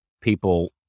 people